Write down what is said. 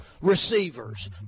receivers